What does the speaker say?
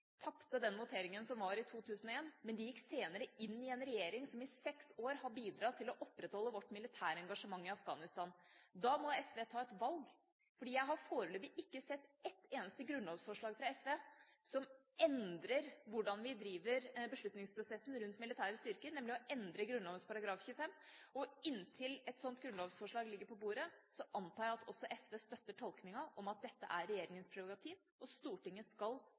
voteringen i 2001, men de gikk senere inn i en regjering som i seks år har bidratt til å opprettholde vårt militære engasjement i Afghanistan. Da må SV ta et valg, for jeg har foreløpig ikke sett et eneste grunnlovsforslag fra SV som endrer hvordan vi driver beslutningsprosessen rundt militære styrker, nemlig ved å endre Grunnloven § 25. Og inntil et sånt grunnlovsforslag ligger på bordet, antar jeg at også SV støtter tolkninga om at dette er regjeringas prerogativ, og Stortinget skal